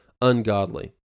ungodly